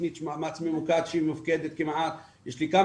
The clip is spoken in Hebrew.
יש לי תכנית של מאמץ ממוקד שהיא מופקדת כמעט,